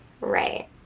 Right